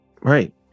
Right